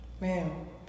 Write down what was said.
Man